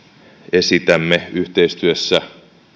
esitämme yhteistyössä